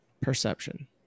perception